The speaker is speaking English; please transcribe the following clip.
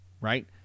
Right